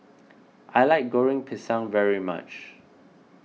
I like Goreng Pisang very much